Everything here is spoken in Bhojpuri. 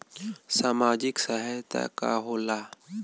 सामाजिक सहायता का होला?